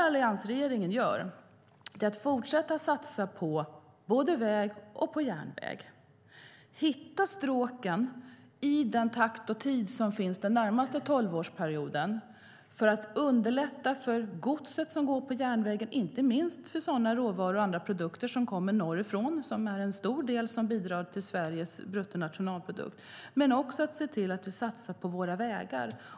Alliansregeringen fortsätter att satsa på både väg och järnväg. Vi vill hitta stråken i den takt och tid som finns den närmaste tolvårsperioden för att underlätta för gods som går på järnväg. Det gäller inte minst sådana råvaror och andra produkter som kommer norrifrån och bidrar stort till vår bruttonationalprodukt. Vi vill också satsa på våra vägar.